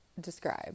describe